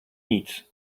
nic